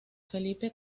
felipe